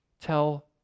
Tell